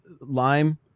lime